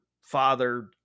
father